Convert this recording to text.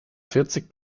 vierzig